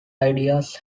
ideas